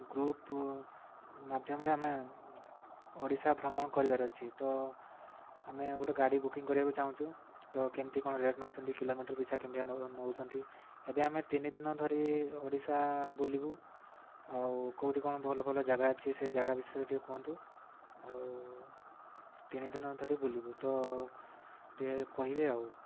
group ମାଧ୍ୟମରେ ଆମେ ଓଡ଼ିଶା ଭ୍ରମଣ କରିବାର ଅଛି ତ ଆମେ ଗୋଟେ ଗାଡ଼ି ବୁକିଂ କରିବାକୁ ଚାହୁଁଛୁ ତ କେମିତି କ'ଣ ରେଟ୍ ନେଉଛନ୍ତି କିଲୋମିଟର୍ ପିଛା କେମିତି ନେଉଛନ୍ତି ଏବେ ଆମେ ତିନି ଦିନ ଧରି ଓଡ଼ିଶା ବୁଲିବୁ ଆଉ କୋଉଠି କ'ଣ ଭଲ ଭଲ ଜାଗା ଅଛି ସେ ଜାଗା ବିଷୟରେ ଟିକେ କୁହନ୍ତୁ ଆଉ ତିନି ଦିନ ଧରି ବୁଲିବୁ ତ ଟିକେ କହିବେ ଆଉ